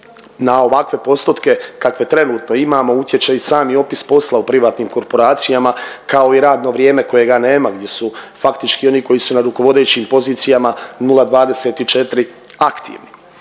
na ovakve postotke kakve trenutno imamo utječe i sami opis posla u privatnim korporacijama kao i radno vrijeme kojega nema gdje su faktički oni koji su na rukovodećim pozicijama nula